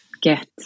get